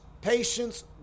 patience